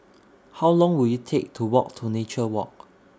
How Long Will IT Take to Walk to Nature Walk